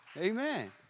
Amen